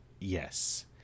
Yes